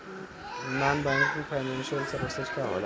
Non banking financial services का होला?